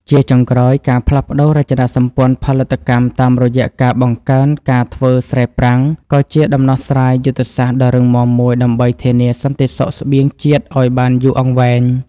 ជាចុងក្រោយ ការផ្លាស់ប្តូររចនាសម្ព័ន្ធផលិតកម្មតាមរយៈការបង្កើនការធ្វើស្រែប្រាំង ក៏ជាដំណោះស្រាយយុទ្ធសាស្ត្រដ៏រឹងមាំមួយដើម្បីធានាសន្តិសុខស្បៀងជាតិឱ្យបានយូរអង្វែង។